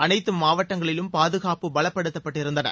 அனைத்து மாவட்டங்களிலும் பாதுகாப்பு பலப்படுத்தப்பட்டிருந்தன